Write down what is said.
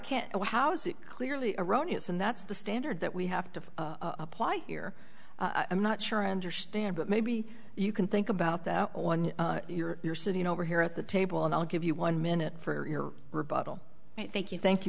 can't you how is it clearly erroneous and that's the standard that we have to apply here i'm not sure i understand but maybe you can think about the one you're sitting over here at the table and i'll give you one minute for your rebuttal thank you thank you